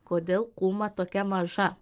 kodėl kūma tokia maža